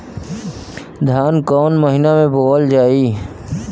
धान कवन महिना में बोवल जाई?